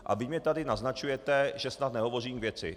A vy mi tady naznačujete, že snad nehovořím k věci.